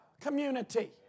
community